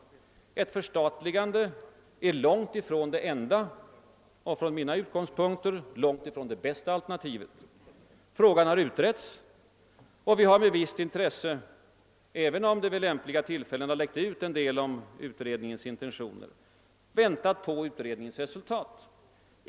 Ett förstatligande är långt ifrån det enda och från mina utgångspunkter långt ifrån det bästa alternativet. Frågan har utretts och vi har med visst intresse — även om det vid lämpliga tillfällen har läckt ut en del om utredningens intentioner — väntat på utredningens resultat.